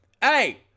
Hey